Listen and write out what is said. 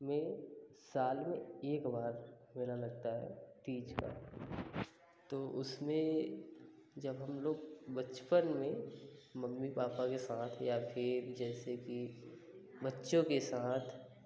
में साल में एक बार मेला लगता है तीज का तो उसमें जब हम लोग बचपन में मम्मी पापा के साथ या फिर जैसे कि बच्चों के साथ